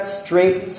straight